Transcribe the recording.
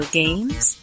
games